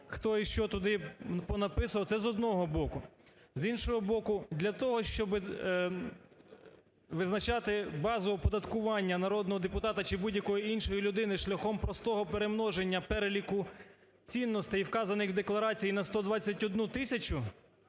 Хто і що туди понаписував. Це з одного боку. З іншого боку для того, щоби визначати базу оподаткування народного депутата, чи будь-якої іншої людини, шляхом простого перемноження переліку цінностей вказаних в декларації на 121 тисячу,